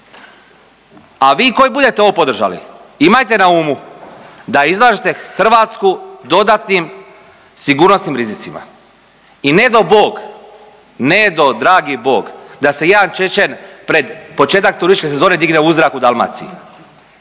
A vi koji budete ovo podržali, imajte na umu da izlažete hrvatsku dodatnim sigurnosnim rizicima. I ned'o Bog, ned'o dragi Bog, da se jedan Čečen pred početak turističke sezone digne u zrak u Dalmaciji.